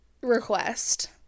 request